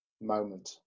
moment